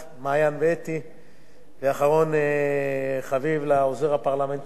אחרון חביב, לעוזר הפרלמנטרי שלי אילן מרסיאנו,